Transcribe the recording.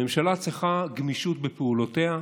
הממשלה צריכה גמישות בפעולותיה,